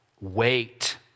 wait